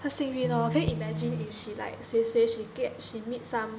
她幸运 lor can you imagine if she like let's say she get she meet some